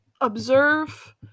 observe